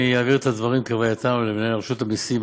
אני אעביר את הדברים כהווייתם למנהל רשות המסים,